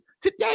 Today